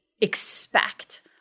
expect